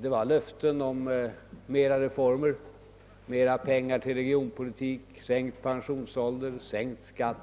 Det var löften om mera reformer, mera pengar till regionpolitik, sänkt pensionsålder, sänkt skatt,